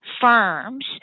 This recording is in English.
firms